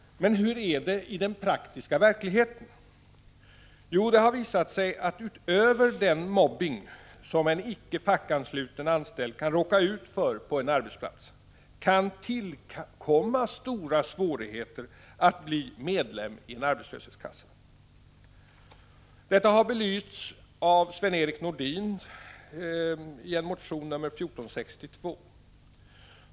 Men hur är det i den praktiska verkligheten? Jo, det har visat sig att utöver den mobbning som en icke fackansluten anställd kan råka ut för på en arbetsplats kan tillkomma stora svårigheter att bli medlem i arbetslöshetskassan. Detta har belysts av Sven-Erik Nordin m.fl. i motion 1462.